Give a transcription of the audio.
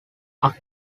are